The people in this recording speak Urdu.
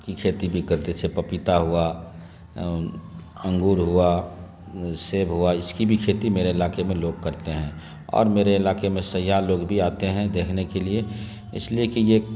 کی کھیتی بھی کرتے جیسے پپیتا ہوا انگور ہوا سیب ہوا اس کی بھی کھیتی میرے علاقے میں لوگ کرتے ہیں اور میرے علاقے میں سیاح لوگ بھی آتے ہیں دیکھنے کے لیے اس لیے کہ یہ